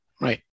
right